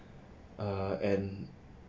uh and